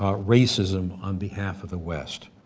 ah racism on behalf of the west.